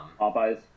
Popeye's